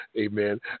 Amen